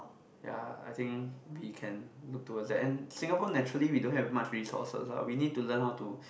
ya I think we can look to the end Singapore naturally we don't have much resources ah we need to learn how to